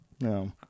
no